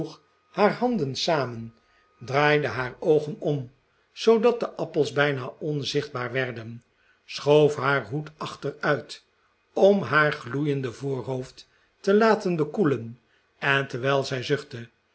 haar handen samen draaide haar oogen om zoodat de appels bijna onzichtbaar werden schoof haar hoed achteruit om haar gloeiende voorhoofd te laten bekoelen en terwijl zij